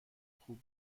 خوب